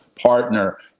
Partner